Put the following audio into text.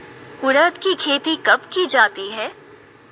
उड़द की खेती कब की जाती है?